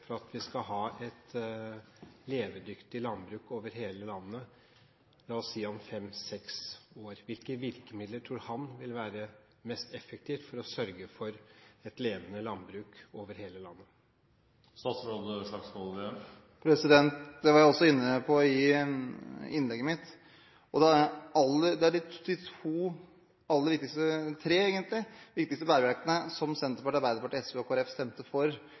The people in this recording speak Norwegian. for at vi skal ha et levedyktig landbruk over hele landet, la oss si om fem–seks år? Hvilke virkemidler tror han vil være mest effektive for å sørge for et levende landbruk over hele landet? Det var jeg også inne på i innlegget mitt. De tre aller viktigste bærebjelkene som Senterpartiet, Arbeiderpartiet, SV og Kristelig Folkeparti stemte for